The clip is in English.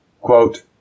Quote